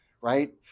right